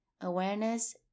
Awareness